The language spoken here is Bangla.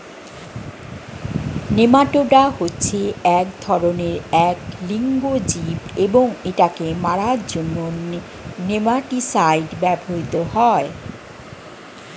নেমাটোডা হচ্ছে এক ধরণের এক লিঙ্গ জীব এবং এটাকে মারার জন্য নেমাটিসাইড ব্যবহৃত হয়